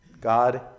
God